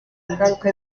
ingaruka